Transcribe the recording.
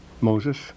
Moses